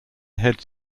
heads